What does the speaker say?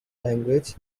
language